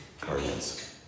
guardians